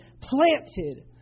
planted